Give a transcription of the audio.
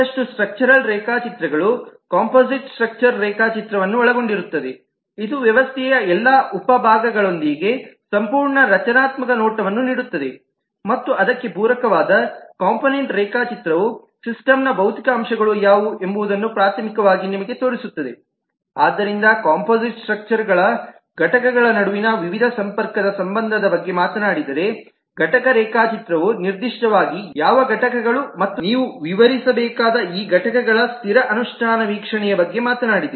ಮತ್ತಷ್ಟು ಸ್ಟ್ರಕ್ಚರ್ ರೇಖಾಚಿತ್ರಗಳು composite structure ರೇಖಾಚಿತ್ರವನ್ನು ಒಳಗೊಂಡಿರುತ್ತವೆ ಇದು ವ್ಯವಸ್ಥೆಯ ಎಲ್ಲಾ ಉಪ ಭಾಗ ಗಳೊಂದಿಗೆ ಸಂಪೂರ್ಣ ರಚನಾತ್ಮಕ ನೋಟವನ್ನು ನೀಡುತ್ತದೆ ಮತ್ತು ಅದಕ್ಕೆ ಪೂರಕವಾದ ಕಾಂಪೊನೆಂಟ್ ರೇಖಾಚಿತ್ರವು ಸಿಸ್ಟಮ್ನ ಭೌತಿಕ ಅಂಶಗಳು ಯಾವುವು ಎಂಬುದನ್ನು ಪ್ರಾಥಮಿಕವಾಗಿ ನಿಮಗೆ ತೋರಿಸುತ್ತದೆ ಆದ್ದರಿಂದ ಕಾಂಪೋಸಿಟ್ ಸ್ಟ್ರಕ್ಚರ್ ಘಟಕಗಳ ನಡುವಿನ ವಿವಿಧ ಸಂಪರ್ಕದ ಸಂಬಂಧದ ಬಗ್ಗೆ ಮಾತನಾಡಿದರೆ ಘಟಕ ರೇಖಾಚಿತ್ರವು ನಿರ್ದಿಷ್ಟವಾಗಿ ಯಾವ ಘಟಕಗಳು ಮತ್ತು ನೀವು ವಿವರಿಸಬೇಕಾದ ಈ ಘಟಕಗಳ ಸ್ಥಿರ ಅನುಷ್ಠಾನ ವೀಕ್ಷಣೆಯ ಬಗ್ಗೆ ಮಾತನಾಡಿದೆ